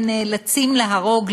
נאלצים להרוג,